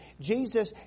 Jesus